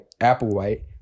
Applewhite